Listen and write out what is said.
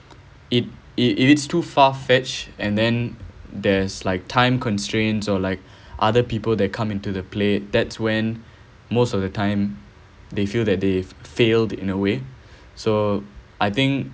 it it it's too far fetched and then there's like time constraints or like other people that come into the play that's when most of the time they feel that they failed in a way so I think